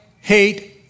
hate